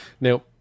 Now